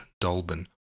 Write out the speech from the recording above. Dolben